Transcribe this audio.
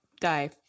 die